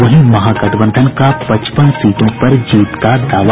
वहीं महागठबंधन का पचपन सीटों पर जीत का दावा